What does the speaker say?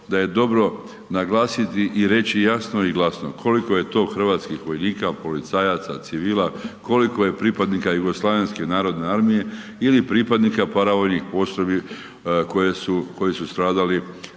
da je dobro naglasiti i reći jasno i glasno, koliko je to hrvatskih vojnika, policajaca, civila, koliko je pripadnika JNA ili pripadnika paravojnih postrojbi koje su stradali